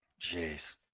Jeez